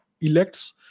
elects